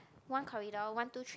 one corridor one two three